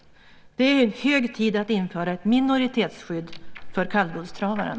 Det är hög tid att införa ett minoritetsskydd för kallblodstravaren.